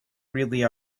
really